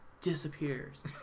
disappears